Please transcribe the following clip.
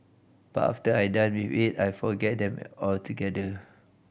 but after I done with it I forget them altogether